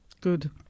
Good